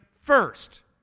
first